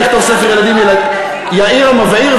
אני אכתוב ספר ילדים "יאיר המבעיר",